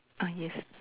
ah yes